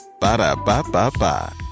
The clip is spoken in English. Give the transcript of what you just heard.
ba-da-ba-ba-ba